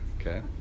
okay